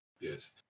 Yes